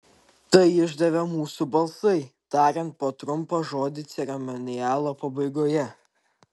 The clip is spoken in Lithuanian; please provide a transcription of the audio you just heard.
tai išdavė mūsų balsai tariant po trumpą žodį ceremonialo pabaigoje